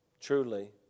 truly